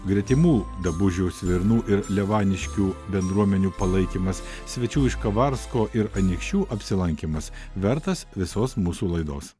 gretimų dabužių svirnų ir levaniškių bendruomenių palaikymas svečių iš kavarsko ir anykščių apsilankymas vertas visos mūsų laidos